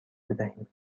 بدهیم